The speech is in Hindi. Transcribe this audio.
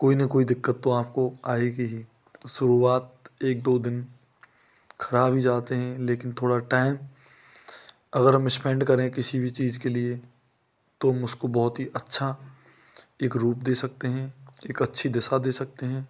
कोई ना कोई दिक्कत तो आपको आएगी ही शुरुआत एक दो दिन ख़राब ही जाते हैं लेकिन थोड़ा टाइम अगर हम स्पेंड करें किसी भी चीज़ के लिए तो हम उसको बहुत ही अच्छा एक रूप दे सकते हैं एक अच्छी दिशा दे सकते हैं